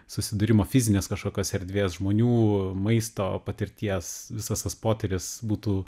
susidūrimo fizinės kažkokios erdvės žmonių maisto patirties visas tas potyris būtų